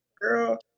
Girl